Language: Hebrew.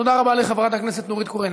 תודה רבה לחברת הכנסת נורית קורן.